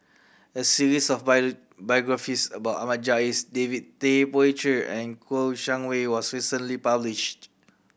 a series of biographies about Ahmad Jais David Tay Poey Cher and Kouo Shang Wei was recently published